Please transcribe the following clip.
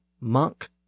monk